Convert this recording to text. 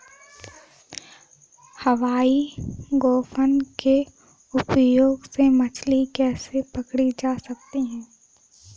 हवाई गोफन के उपयोग से मछली कैसे पकड़ी जा सकती है?